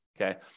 Okay